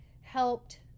helped